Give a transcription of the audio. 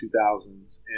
2000s